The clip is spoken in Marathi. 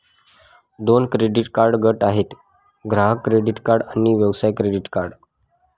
दोन क्रेडिट कार्ड गट आहेत, ग्राहक क्रेडिट कार्ड आणि व्यवसाय क्रेडिट कार्ड